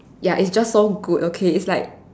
ya it's just so good okay it's like